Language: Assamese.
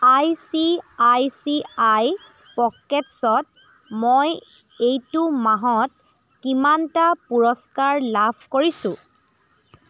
I C I C I পকেটছ্ত মই এইটো মাহত কিমানটা পুৰস্কাৰ লাভ কৰিছো